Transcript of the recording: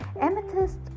Amethyst